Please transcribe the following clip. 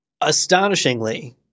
astonishingly